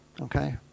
Okay